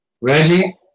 Reggie